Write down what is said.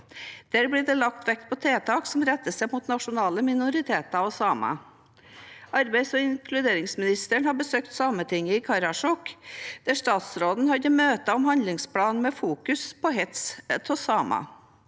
Der blir det lagt vekt på tiltak som retter seg mot nasjonale minoriteter og samer. Arbeids- og inkluderingsministeren har besøkt Sametinget i Karasjok, der statsråden hadde møter om handlingsplanen med fokus på hets av samer.